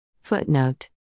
Footnote